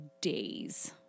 Days